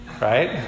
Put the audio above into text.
right